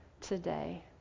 today